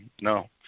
no